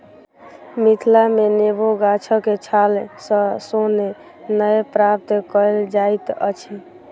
मिथिला मे नेबो गाछक छाल सॅ सोन नै प्राप्त कएल जाइत अछि